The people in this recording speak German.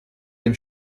dem